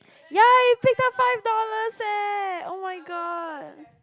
ya you picked up five dollars eh oh-my-god